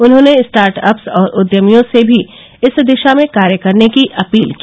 उन्होंने स्टार्टअप्स और उद्यमियों से भी इस दिशा में कार्य करने की अपील की